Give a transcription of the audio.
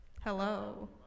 Hello